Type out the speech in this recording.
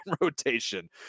rotation